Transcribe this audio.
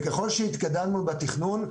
וככל שהתקדמנו בתכנון,